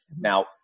Now